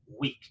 week